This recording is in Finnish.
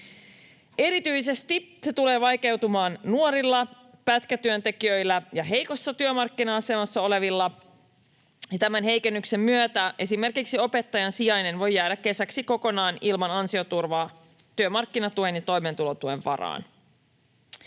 Erityisesti se tulee vaikeutumaan nuorilla, pätkätyöntekijöillä ja heikossa työmarkkina-asemassa olevilla, ja tämän heikennyksen myötä esimerkiksi opettajan sijainen voi jäädä kesäksi kokonaan ilman ansioturvaa työmarkkinatuen ja toimeentulotuen varaan.